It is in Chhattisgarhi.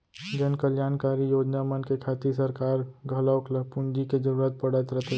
जनकल्यानकारी योजना मन के खातिर सरकार घलौक ल पूंजी के जरूरत पड़त रथे